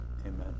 Amen